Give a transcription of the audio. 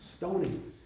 stonings